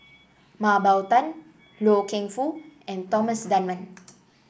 Mah Bow Tan Loy Keng Foo and Thomas Dunman